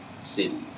city